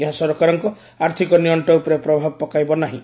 ଏହା ସରକାରଙ୍କ ଆର୍ଥିକ ନିଅକ୍ଟ ଉପରେ ପ୍ରଭାବ ପକାଇବ ନାହିଁ